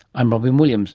i'm robyn williams